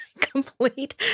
complete